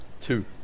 Two